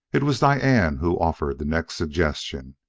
it was diane who offered the next suggestion.